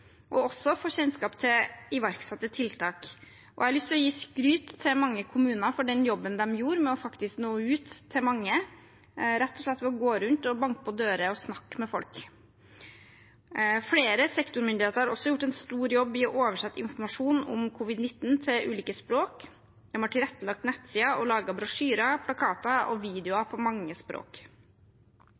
og også for å få kjennskap til iverksatte tiltak. Jeg har lyst å gi skryt til mange kommuner for den jobben de gjorde med å nå ut til mange, rett og slett ved å gå rundt og banke på dører og snakke med folk. Flere sektormyndigheter har også gjort en stor jobb med å oversette informasjon om covid-19 til ulike språk, tilrettelagt nettsider og laget brosjyrer, plakater og videoer på mange språk.